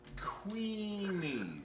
queenie